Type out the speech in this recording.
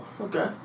okay